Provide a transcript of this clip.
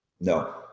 No